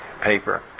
paper